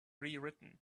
rewritten